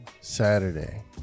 saturday